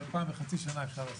אבל פעם בחצי שנה אפשר לעשות את זה.